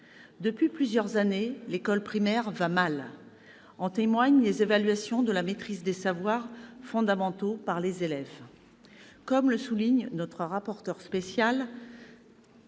Depuis plusieurs années, l'école primaire va mal, ce dont témoignent les évaluations de la maîtrise des savoirs fondamentaux par les élèves. Comme le souligne notre rapporteur spécial,